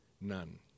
none